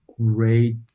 great